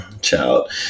child